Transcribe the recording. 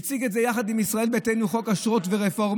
הוא הציג את זה יחד עם ישראל ביתנו: חוק כשרות ורפורמה.